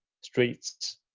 streets